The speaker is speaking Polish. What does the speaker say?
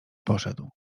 poszedł